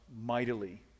mightily